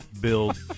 build